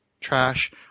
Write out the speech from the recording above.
trash